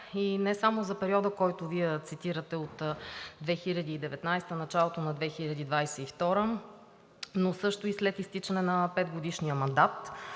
и не само за периода, който Вие цитирате, от 2019 г. до началото на 2022 г., но също и след изтичане на 5-годишния мандат.